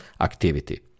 activity